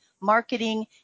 marketing